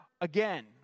again